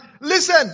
listen